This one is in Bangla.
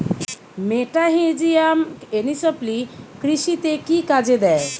মেটাহিজিয়াম এনিসোপ্লি কৃষিতে কি কাজে দেয়?